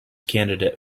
candidate